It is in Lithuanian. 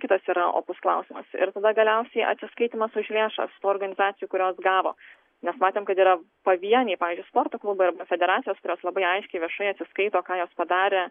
kitas yra opus klausimas ir tada galiausiai atsiskaitymas už viešos organizacijų kurios gavo mes matėm kad yra pavieniai pavyzdžiui sporto klubai arba federacijos kurios labai aiškiai viešai atsiskaito ką jos padarė